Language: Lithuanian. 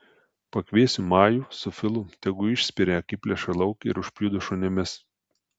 pakviesiu majų su filu tegu išspiria akiplėšą lauk ir užpjudo šunimis